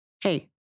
Hey